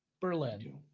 Berlin